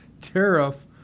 tariff